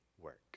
work